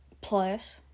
plus